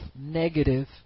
negative